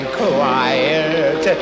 quiet